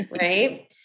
Right